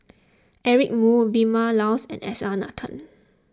Eric Moo Vilma Laus and S R Nathan